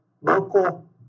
local